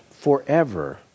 forever